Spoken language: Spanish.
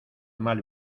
mal